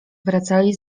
wracali